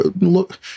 look